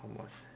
好了吗